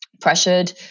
pressured